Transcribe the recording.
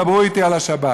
דברו איתי על השבת.